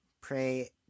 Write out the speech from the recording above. pray